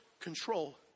control